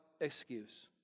excuse